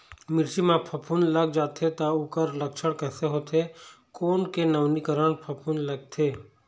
मिर्ची मा फफूंद लग जाथे ता ओकर लक्षण कैसे होथे, कोन के नवीनीकरण फफूंद लगथे?